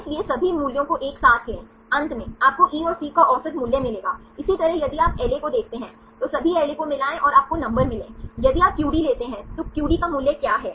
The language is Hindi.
इसलिए सभी मूल्यों को एक साथ लें अंत में आपको ई और सी का औसत मूल्य मिलेगा इसी तरह यदि आप एलए को देखते हैं तो सभी एलए को मिलाएं और आपको नंबर मिले यदि आप QD लेते हैं तो QD का मूल्य क्या है